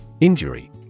Injury